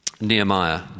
Nehemiah